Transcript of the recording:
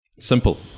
simple